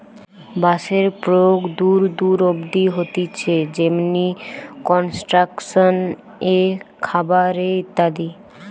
বাঁশের প্রয়োগ দূর দূর অব্দি হতিছে যেমনি কনস্ট্রাকশন এ, খাবার এ ইত্যাদি